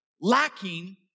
lacking